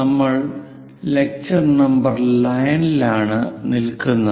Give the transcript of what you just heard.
നമ്മൾ lecture number 9 ലാണ് നില്കുന്നത്